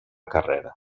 carrera